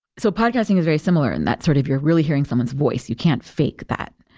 so podcasting is very similar, and that sort of you're really hearing someone's voice. you can't fake that.